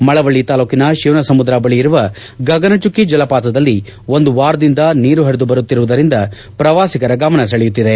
ಮಳವಳ್ಳ ತಾಲೂಕಿನ ಶಿವನಸಮುದ್ರ ಬಳಿ ಇರುವ ಗಗನಚುಕ್ಕಿ ಜಲಪಾತದಲ್ಲಿ ಒಂದು ವಾರದಿಂದ ನೀರು ಪರಿದು ಬರುತ್ತಿರುವುದರಿಂದ ಪ್ರವಾಸಿಗರ ಗಮನಸೆಳೆಯುತ್ತಿದೆ